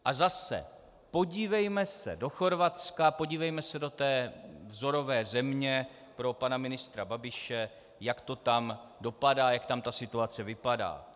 A zase podívejme se do Chorvatska, podívejme se do té vzorové země pro pana ministra Babiše, jak to tam dopadá, jak tam ta situace vypadá.